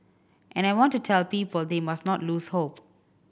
and I want to tell people they must not lose hope